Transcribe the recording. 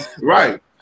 right